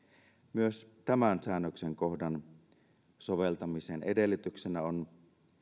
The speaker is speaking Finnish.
myös tämän säännöksen kohdan soveltamisen edellytyksenä on